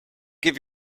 give